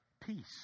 Peace